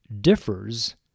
differs